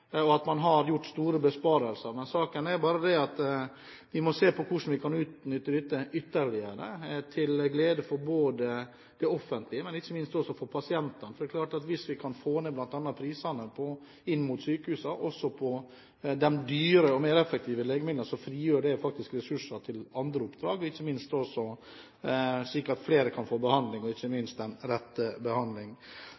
vi må se på hvordan vi kan utnytte dette ytterligere, til glede både for det offentlige og, ikke minst, for pasientene. Det er klart at hvis vi kan få ned bl.a. prisene til sykehusene også på de dyre og mer effektive legemidlene, frigjør det faktisk ressurser til andre oppdrag, slik at flere kan få behandling, og, ikke